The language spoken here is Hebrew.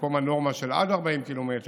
במקום הנורמה של עד 40 קילומטר,